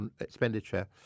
expenditure